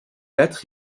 lettres